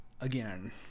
again